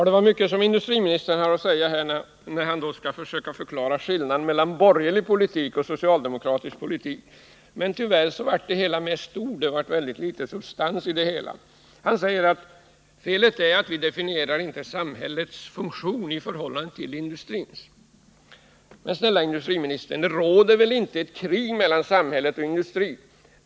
Herr talman! Industriministern hade mycket att säga när han försökte förklara skillnaden mellan borgerlig och socialdemokratisk politik. Men i de många orden fanns det tyvärr väldigt litet av substans. Felet, säger industriministern, är att vi inte definierar samhällets funktion i förhållande till industrins. Men, snälla industriministern, det råder väl inte krig mellan samhället och industrin.